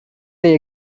they